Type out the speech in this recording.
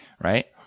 right